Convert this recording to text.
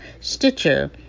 Stitcher